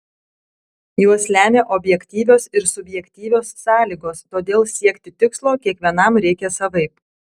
juos lemia objektyvios ir subjektyvios sąlygos todėl siekti tikslo kiekvienam reikia savaip